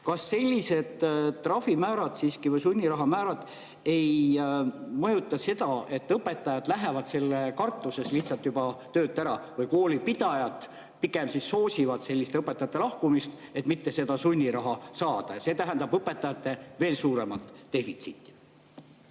Kas sellised trahvimäärad või sunniraha määrad siiski ei mõjuta seda, et õpetajad lähevad selle kartuses lihtsalt juba töölt ära või kooli pidajad pigem soosivad selliste õpetajate lahkumist, et mitte seda sunniraha saada, ja see tähendab veel suuremat õpetajate